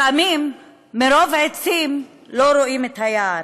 לפעמים מרוב עצים לא רואים את היער.